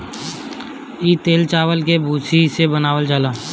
इ तेल चावल के भूसी से बनावल जाला